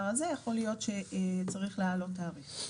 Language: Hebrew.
הזה יכול להיות שצריך להעלות תעריף.